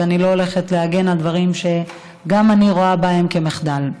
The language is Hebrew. ואני לא הולכת להגן על דברים שגם אני רואה בהם מחדל.